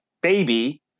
baby